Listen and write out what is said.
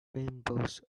rainbows